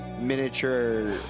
miniature